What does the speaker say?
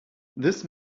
this